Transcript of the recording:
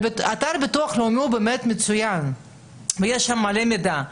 אתר הביטוח הלאומי הוא באמת מצוין ויש שם מלא מידע,